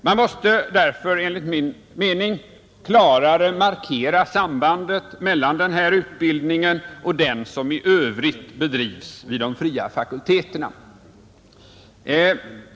Man måste således enligt min mening klarare markera sambandet mellan denna utbildning och den som i övrigt bedrivs vid de fria fakulteterna.